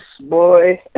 boy